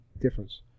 difference